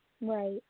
right